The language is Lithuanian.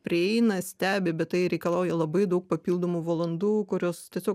prieina stebi bet tai reikalauja labai daug papildomų valandų kurios tiesiog